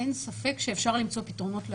אין ספק שאפשר למצוא פתרונות לכל.